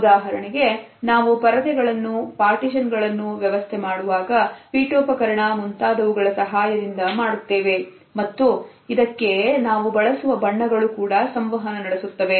ಉದಾಹರಣೆಗೆ ನಾವು ಪರದೆಗಳನ್ನು ಪಾರ್ಟಿಷನ್ ಗಳನ್ನು ವ್ಯವಸ್ಥೆ ಮಾಡುವಾಗ ಪೀಠೋಪಕರಣ ಮುಂತಾದವುಗಳ ಸಹಾಯದಿಂದ ಮಾಡುತ್ತೇವೆ ಮತ್ತು ಇದಕ್ಕೆ ನಾವು ಬಳಸುವ ಬಣ್ಣಗಳು ಕೂಡ ಸಂವಹನ ನಡೆಸುತ್ತವೆ